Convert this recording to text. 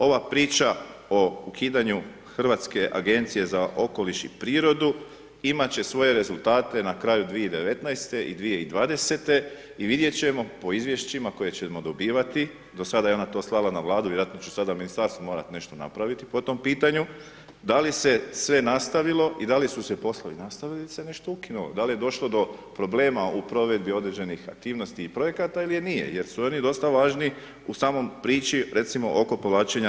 Ova priča o ukidanju Hrvatske agencije za okoliš i prirodu imat će svoje rezultate na kraju 2019. i 2020. i vidjet ćemo po izvješćima koje ćemo dobivati, do sada je ona to slala na Vladu, vjerojatno će sada ministarstvo morat nešto napravit po tom pitanju, da li se sve nastavili i da li su se poslovi nastavili ili se nešto ukinulo, da li je došlo do problema u provedbi određenih aktivnosti i projekata ili nije, jer su oni dosta važni u samom priči recimo oko povlačenja sredstava EU fondova.